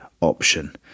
option